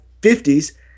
50s